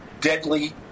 deadly